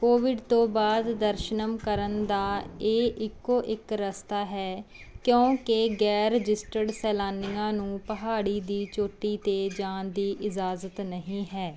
Covid ਤੋਂ ਬਾਅਦ ਦਰਸ਼ਨ ਕਰਨ ਦਾ ਇਹ ਇੱਕੋ ਇੱਕ ਰਸਤਾ ਹੈ ਕਿਉਂਕਿ ਗੈਰ ਰਜਿਸਟਰਡ ਸੈਲਾਨੀਆਂ ਨੂੰ ਪਹਾੜੀ ਦੀ ਚੋਟੀ 'ਤੇ ਜਾਣ ਦੀ ਇਜਾਜ਼ਤ ਨਹੀਂ ਹੈ